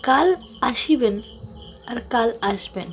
কাল আসিবেন আর কাল আসবেন